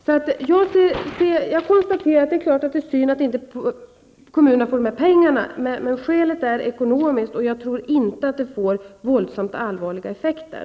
Det är klart att det är synd att kommunerna inte får dessa pengar, men skälet är ekonomiskt. Jag tror inte att det får så allvarliga effekter.